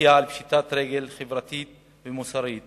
המתריע על פשיטת רגל חברתית ומוסרית